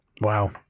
Wow